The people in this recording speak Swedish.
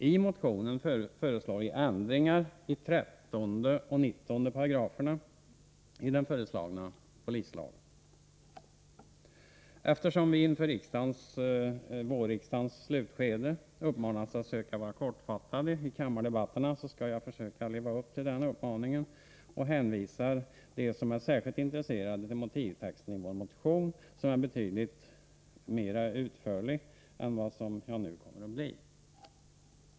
I motionen föreslår vi ändringar i 13 och 19§§ i den föreslagna polislagen. Eftersom vi inför vårriksdagens slutskede uppmanats att söka vara kortfattade i kammardebatterna skall jag försöka leva upp till den uppmaningen och hänvisar dem som är särskilt intresserade till motivtexten i vår motion, som är betydligt mer utförlig än vad jag nu kommer att bli.